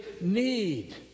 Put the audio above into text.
need